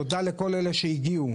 תודה לכל מי שהגיע,